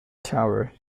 tower